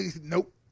Nope